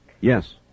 Yes